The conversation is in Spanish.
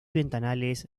ventanales